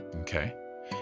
okay